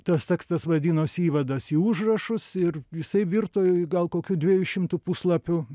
tas tekstas vadinosi įvadas į užrašus ir jisai virto į gal kokių dviejų šimtų puslapių